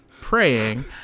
praying